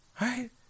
Right